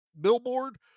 billboard